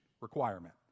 requirement